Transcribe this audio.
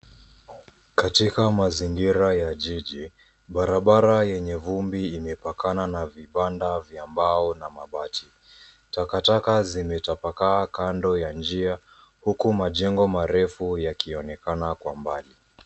Katika mazingira ya jiji, barabara yenye vumbi imepakana na vibanda vya mbao na mabati. Takataka zimetapakaa kando ya njia huku majengo marefu yakionekana kwa mbali.